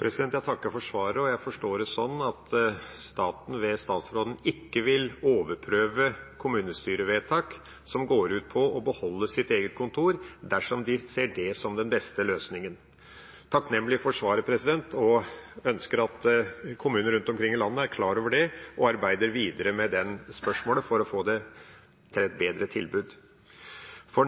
Jeg takker for svaret. Jeg forstår det sånn at staten ved statsråden ikke vil overprøve kommunestyrevedtak som går ut på å beholde sitt eget kontor, dersom de ser det som den beste løsningen. Jeg er takknemlig for svaret og ønsker at kommuner rundt om i landet er klar over det og arbeider videre med det spørsmålet for å få til et bedre tilbud.